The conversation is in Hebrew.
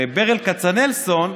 לברל כצנלסון,